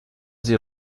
sie